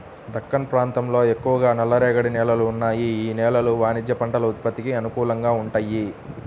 దక్కన్ ప్రాంతంలో ఎక్కువగా నల్లరేగడి నేలలు ఉన్నాయి, యీ నేలలు వాణిజ్య పంటల ఉత్పత్తికి అనుకూలంగా వుంటయ్యి